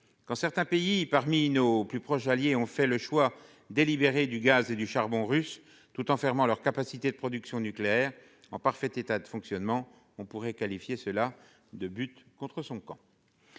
Quand certains pays, parmi nos plus proches alliés, ont fait le choix délibéré du gaz et du charbon russes, tout en fermant leurs capacités de production nucléaires en parfait état de fonctionnement, on aurait pu qualifier cette décision de « but contre son camp